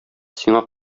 сиңа